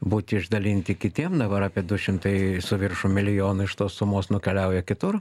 būti išdalinti kitiem dabar apie du šimtai su viršum milijonų iš tos sumos nukeliauja kitur